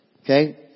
Okay